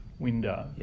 window